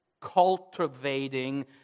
cultivating